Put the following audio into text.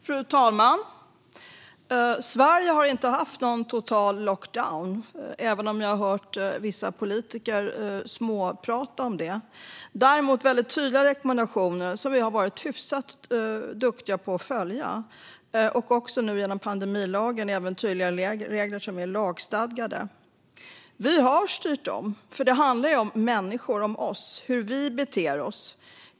Fru talman! Sverige har inte haft någon total lockdown, även om jag har hört vissa politiker småprata om det. Däremot har vi väldigt tydliga rekommendationer, som vi har varit hyfsat duktiga på att följa, och nu genom pandemilagen även tydliga regler som är lagstadgade. Vi har styrt om, för det handlar om människor, om oss, och hur vi beter oss.